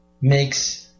makes